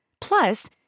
Plus